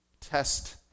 Test